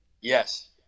Yes